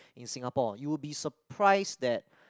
in Singapore you will be surprise that